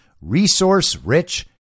resource-rich